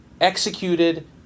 executed